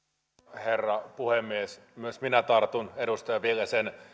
herra puhemies myös minä tartun edustaja viljasen